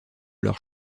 leur